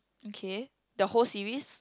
okay the whole series